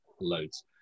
loads